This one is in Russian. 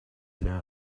для